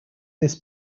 this